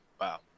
Wow